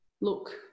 look